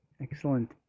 excellent